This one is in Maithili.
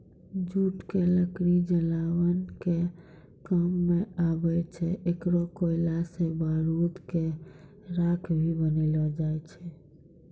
जूट के लकड़ी जलावन के काम मॅ आवै छै, एकरो कोयला सॅ बारूद के राख भी बनैलो जाय छै